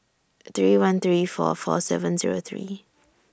three one three four four seven Zero three